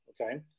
Okay